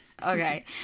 okay